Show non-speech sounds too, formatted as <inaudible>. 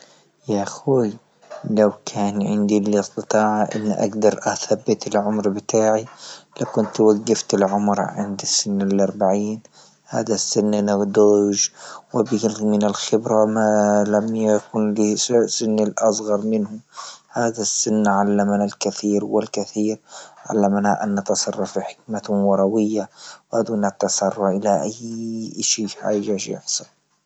يا اخوي لو كان عندي الاستطاعة أني أقدر أثبت العمر بتاعي لكنت وقفت العمر عند سن أربعين هذ سن نضوج <unintelligible> من الخبرة ما لم يكن لي س- سن أصغر منه، هذا السن علمنا الكثر والكثير علمنا ان نتشرف حكمة وروية <unintelligible> إلى أي إشي حاجة. <unintelligible>